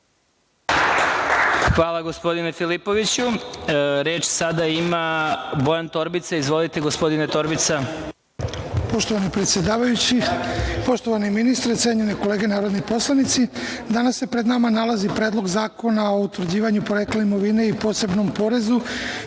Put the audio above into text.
Hvala, gospodine Filipoviću. Reč ima narodni poslanik Bojan Torbica. Izvolite. **Bojan Torbica** Poštovani predsedavajući, poštovani ministre, cenjene kolege narodni poslanici, danas se pred nama nalazi Predlog zakona o utvrđivanju porekla imovine i posebnom porezu